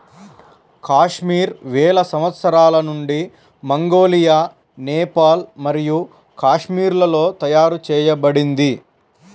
కాశ్మీర్ వేల సంవత్సరాల నుండి మంగోలియా, నేపాల్ మరియు కాశ్మీర్లలో తయారు చేయబడింది